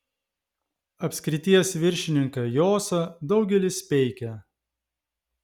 apskrities viršininką josą daugelis peikia